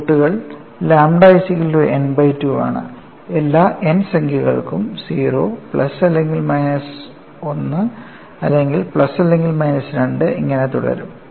റൂട്ടുകൾ lambda n by 2 ആണ് എല്ലാ n സംഖ്യകൾക്കും 0 പ്ലസ് അല്ലെങ്കിൽ മൈനസ് 1 അല്ലെങ്കിൽ പ്ലസ് അല്ലെങ്കിൽ മൈനസ് 2 ഇങ്ങനെ തുടരും